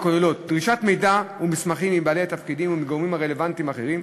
וכוללות דרישת מידע ומסמכים מבעלי תפקידים ומגורמים רלוונטיים אחרים,